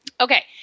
Okay